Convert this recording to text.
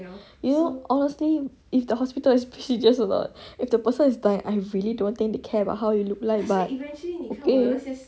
you know honestly if the hospital is prestigious or not if the person is dying I really don't think they care about how you look like but okay